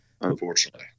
Unfortunately